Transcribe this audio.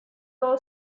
law